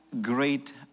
great